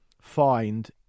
find